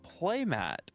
playmat